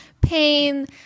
pain